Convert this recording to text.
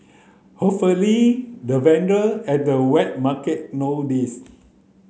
hopefully the vendor at the wet market know this